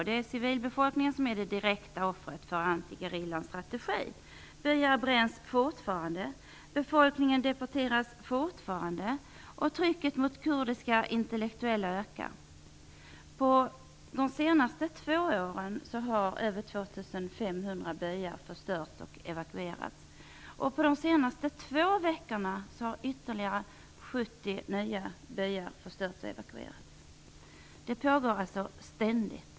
Det är civilbefolkningen som är det direkta offret för antigerillans strategi. Byar bränns fortfarande, befolkningen deporteras fortfarande och trycket mot kurdiska intellektuella ökar. Under de senaste två åren har över 2 500 byar förstörts och evakuerats, och under de senaste två veckorna har ytterligare 70 nya byar förstörts och evakuerats. Detta pågår alltså ständigt.